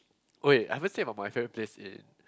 wait I haven't say about my friend place in